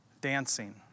dancing